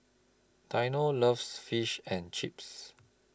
Dino loves Fish and Chips